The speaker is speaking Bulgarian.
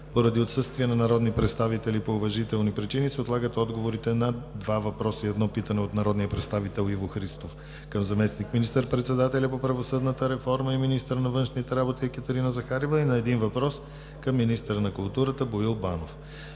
Поради отсъствие на народни представители по уважителни причини се отлагат отговорите на: - 2 въпроса и 1 питане от народния представител Иво Христов към заместник министър-председателя по правосъдната реформа и министър на външните работи Екатерина Захариева; и на 1 въпрос към министъра на културата Боил Банов;